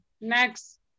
Next